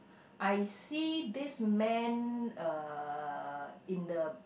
I see this man uh in the